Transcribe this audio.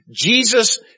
Jesus